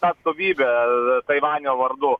atstovybė taivanio vardu